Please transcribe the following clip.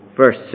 Verse